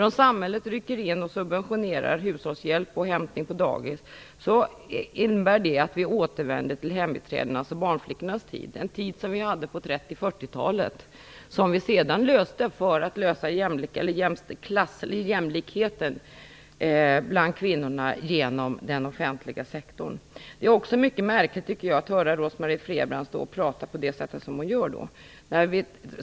Om samhället rycker in och subventionerar hushållshjälp och hämtning på dagis innebär det att vi återvänder till hembiträdenas och barnflickornas tid, den tid som vi hade på 30-40-talet, som vi sedan kom ifrån i och med jämlikheten bland kvinnorna och genom den offentliga sektorn. Det är också mycket märkligt att höra Rose-Marie Frebran stå och prata som hon gör.